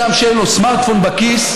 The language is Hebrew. אדם שאין לו סמארטפון בכיס,